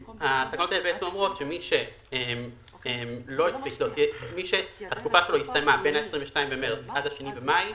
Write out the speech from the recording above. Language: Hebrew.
התקנות האלה אומרות שמי שהתקופה שלו הסתיימה בין ה-22 במארס עד ה-2 במאי